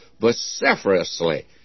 vociferously